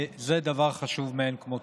זה דבר חשוב מאין כמותו.